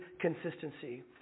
consistency